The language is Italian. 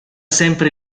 sempre